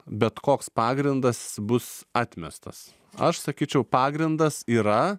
bet koks pagrindas bus atmestas aš sakyčiau pagrindas yra